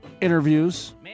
interviews